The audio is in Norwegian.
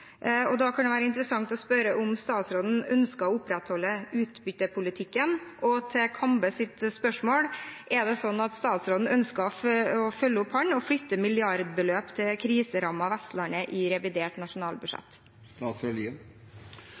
Da kan det være interessant å spørre om statsråden ønsker å opprettholde utbyttepolitikken. Og til Kambes spørsmål: Ønsker statsråden å følge opp det og flytte milliardbeløp til det kriserammede Vestlandet i revidert nasjonalbudsjett?